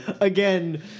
again